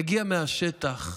מגיע מהשטח,